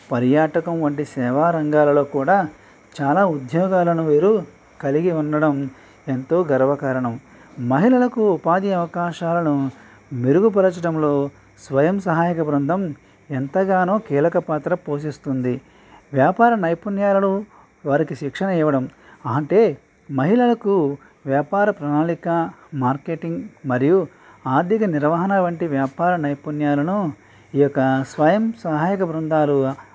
పర్యాటకం వంటి సేవా రంగాలలో కూడా చాలా ఉద్యోగాలను వీరు కలిగి ఉండడం ఎంతో గర్వకారణం మహిళలకు ఉపాధి అవకాశాలను మెరుగుపరచడంలో స్వయం సహాయక బృందం ఎంతగానో కీలకపాత్ర పోషిస్తుంది వ్యాపార నైపుణ్యాలలో వారికి శిక్షణ ఇవ్వడం అంటే మహిళలకు వ్యాపార ప్రణాళిక మార్కెటింగ్ మరియు ఆర్థిక నిర్వహణవంటి వ్యాపార నైపుణ్యాలను ఈ యొక్క స్వయం సహాయక బృందాలు